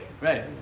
right